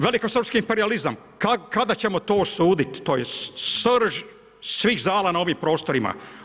Veliko srpski imperijalizam, kada ćemo to suditi, to je srž svih zala na ovim prostorima.